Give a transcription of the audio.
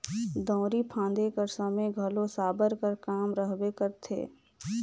दउंरी फादे कर समे घलो साबर कर काम रहबे करथे